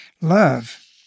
love